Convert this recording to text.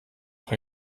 auch